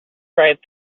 right